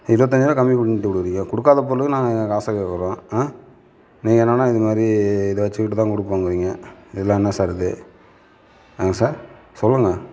இருபத்தஞ்சி ரூபா கம்மி பண்ணிட்டு கொடுக்குறீங்க கொடுக்காத பொருளுக்கு நாங்கள் எங்கே காசு கேட்குறோம் நீங்கள் என்னன்னா இந்த மாதிரி இதை வச்சிக்கிட்டு தான் கொடுப்போங்குறீங்க இதலாம் என்ன சார் இது என்னங்க சார் சொல்லுங்கள்